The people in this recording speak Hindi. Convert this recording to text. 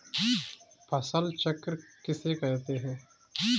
फसल चक्र किसे कहते हैं?